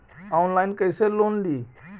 Online कैसे loan ली?